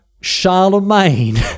Charlemagne